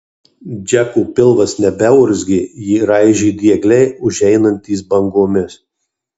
džeko pilvas nebeurzgė jį raižė diegliai užeinantys bangomis